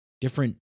different